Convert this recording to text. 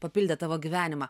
papildė tavo gyvenimą